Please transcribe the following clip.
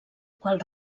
qual